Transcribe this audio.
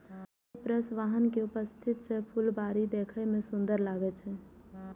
cypress vine के उपस्थिति सं फुलबाड़ी देखै मे सुंदर लागै छै